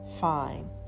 fine